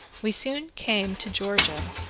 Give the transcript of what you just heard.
we soon came to georgia,